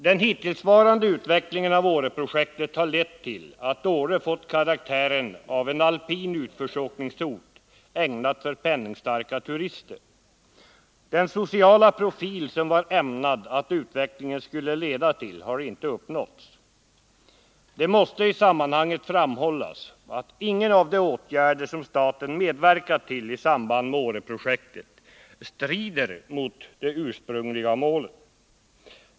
Den hittillsvarande utvecklingen av Åreprojektet har lett till att Åre fått karaktären av en alpin utförsåkningsort, lämpad för penningstarka turister. Den sociala profil som det var meningen att utvecklingen skulle leda till har inte uppnåtts. Det måste i sammanhanget framhållas att ingen av de åtgärder som staten medverkat till i samband med Åreprojektet strider mot det ursprungliga målet.